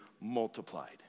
multiplied